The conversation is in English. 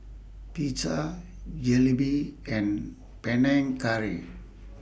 Pizza Jalebi and Panang Curry